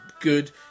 good